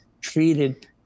treated